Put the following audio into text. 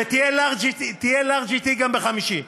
תהיה לארג' אתי גם בחמישי.